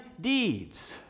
deeds